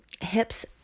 hips